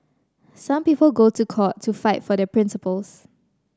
some people go to court to fight for their principles